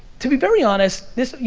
to be very honest, this, you